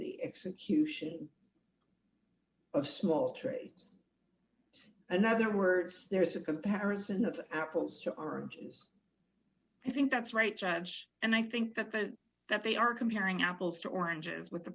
the execution of small trades another words there is a comparison of apples to oranges i think that's right judge and i think that the that they are comparing apples to oranges with the